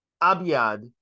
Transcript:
Abiad